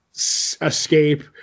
escape